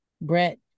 Brett